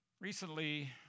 Recently